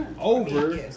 over